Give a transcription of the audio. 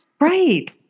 right